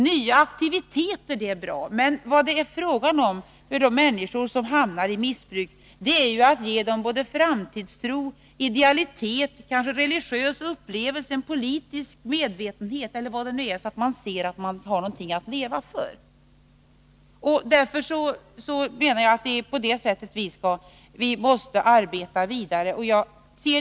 Nya aktiviteter är bra, men för de människor som hamnar i missbruk gäller det att få både framtidstro och idealitet, kanske religiös upplevelse, politisk medvetenhet eller vad det kan vara, så att de ser någonting att leva för. Det är efter dessa linjer vi måste arbeta vidare.